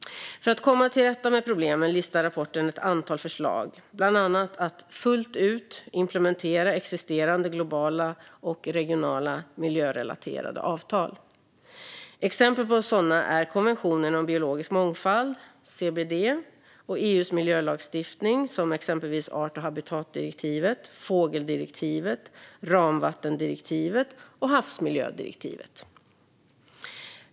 För att komma till rätta med problemen listar rapporten ett antal förslag, bland annat att fullt ut implementera existerande globala och regionala miljörelaterade avtal. Exempel på sådana är konventionen om biologisk mångfald, CBD, och EU:s miljölagstiftning, som exempelvis art och habitatdirektivet, fågeldirektivet, ramvattendirektivet och havsmiljödirektivet.